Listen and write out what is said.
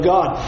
God